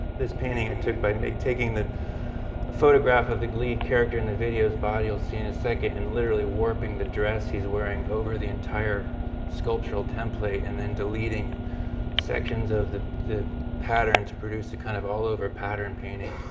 this painting i took by taking the photograph of the lead character in the video's body you'll see in a second and literally warping the dress he's wearing over the entire sculptural template and then deleting sections of the the pattern to produce a kind of all-over pattern painting.